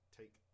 take